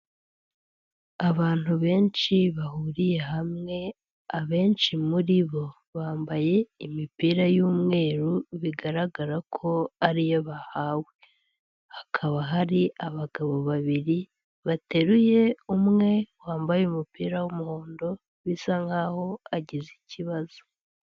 Abantu benshi bahuriye hamwe, abenshi muri bo, bambaye imipira y'umweru, bigaragara ko ari iyo bahawe. Hakaba hari abagabo babiri bateruye, umwe wambaye umupira w'umuhondo bisa nkaho agize ikibazo.